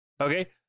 Okay